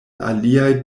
aliaj